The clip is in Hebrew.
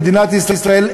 למדינת ישראל,